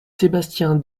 sébastien